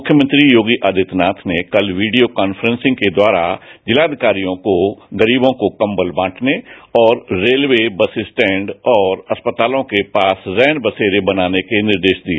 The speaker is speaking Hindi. मुख्यमंत्री योगी आदित्यनाथ ने कल वीडियो कॉक्टर्सिंग के द्वारा जिलाधिकारियों को गरीबों को कंबल बांटने और रेलवे बस स्टैंड और अस्पतालों के पास रैन बसेरे बनाने के निर्देश दिए